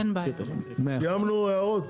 סיימנו הערות?